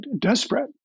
desperate